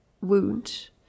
wound